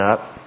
up